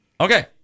Okay